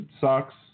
sucks